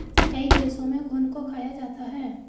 कई देशों में घुन को खाया जाता है